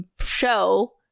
show